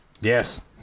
Yes